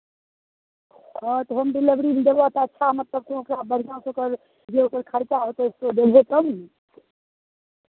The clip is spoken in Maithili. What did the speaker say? हँ तऽ होम डिलिवरीमे देबह तऽ अच्छा मतलब बढ़िआँसँ ओकर जे ओकर खरचा होतै से देबै तब ने